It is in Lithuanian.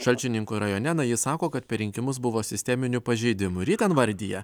šalčininkų rajone na ji sako kad per rinkimus buvo sisteminių pažeidimų ir ji ten vardija